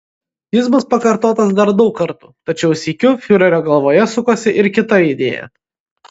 jis bus pakartotas dar daug kartų tačiau sykiu fiurerio galvoje sukosi ir kita idėja